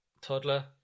Toddler